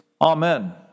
Amen